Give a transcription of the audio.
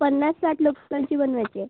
पन्नास साठ लोकांची बनवायची आहे